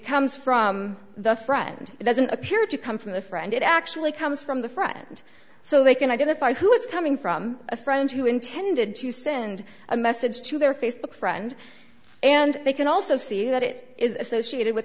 comes from the friend it doesn't appear to come from the friend it actually comes from the friend so they can identify who it's coming from a friend who intended to send a message to their facebook friend and they can also see that it is associated with